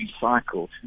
recycled